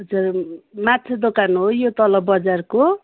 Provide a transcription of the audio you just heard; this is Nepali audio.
हजुर माछा दोकान हो यो तल बजारको